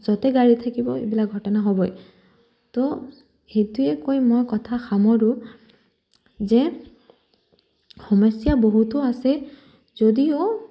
য'তে গাড়ী থাকিব এইবিলাক ঘটনা হ'বই তো সেইটোৱে কৈ মই কথা সামৰোঁ যে সমস্যা বহুতো আছে যদিও